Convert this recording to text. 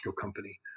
company